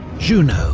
junot,